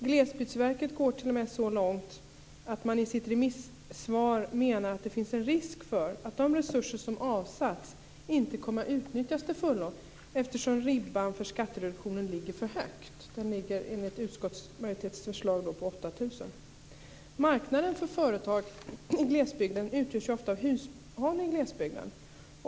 Glesbygdsverket går t.o.m. så långt att man i sitt remissvar menar att det finns en risk för att de resurser som avsatts inte kommer att utnyttjas till fullo, eftersom ribban för skattereduktionen ligger för högt. Den ligger enligt utskottsmajoritetens förslag på 8 000 kr. Marknaden för företag i glesbygden utgörs ofta av hushåll i glesbygden.